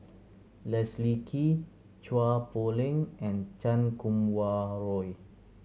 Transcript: Leslie Kee Chua Poh Leng and Chan Kum Wah Roy